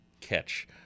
catch